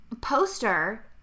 poster